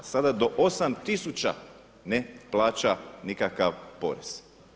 Sada do 8000 ne plaća nikakav porez.